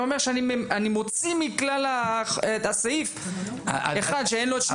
זה אומר שאני מוציא מכלל הסעיף אחד שאין לו שני הורים.